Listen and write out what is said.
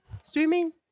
swimming